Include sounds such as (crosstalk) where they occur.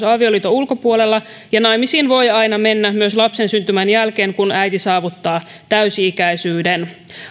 (unintelligible) avioliiton ulkopuolella ja naimisiin voi aina mennä myös lapsen syntymän jälkeen kun äiti saavuttaa täysi ikäisyyden